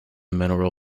mineral